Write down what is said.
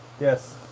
Yes